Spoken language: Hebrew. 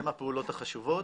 הן הפעולות החשובות.